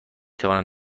توانم